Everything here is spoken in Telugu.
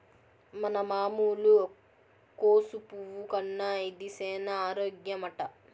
మన మామూలు కోసు పువ్వు కన్నా ఇది సేన ఆరోగ్యమట